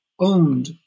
owned